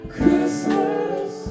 Christmas